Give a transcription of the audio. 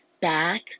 back